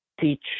teach